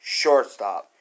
shortstop